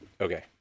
Okay